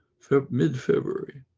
mid february,